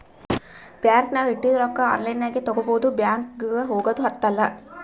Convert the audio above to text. bank ನಾಗ್ ಇಟ್ಟಿದು ರೊಕ್ಕಾ ಆನ್ಲೈನ್ ನಾಗೆ ತಗೋಬೋದು ಬ್ಯಾಂಕ್ಗ ಹೋಗಗ್ದು ಹತ್ತಲ್